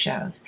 shows